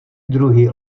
druhy